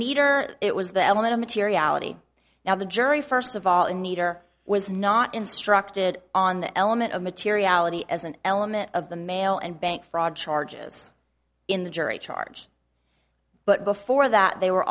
meter it was the element of materiality now the jury first of all in need or was not instructed on the element of materiality as an element of the mail and bank fraud charges in the jury charge but before that they were